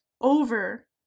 over